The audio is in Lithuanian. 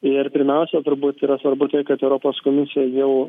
ir pirmiausia turbūt yra svarbu tai kad europos komisija jau